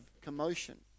commotion